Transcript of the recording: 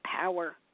power